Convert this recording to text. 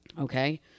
Okay